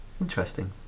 Interesting